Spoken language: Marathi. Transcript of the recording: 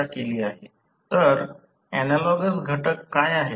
तर ऍनालॉगस घटक काय आहेत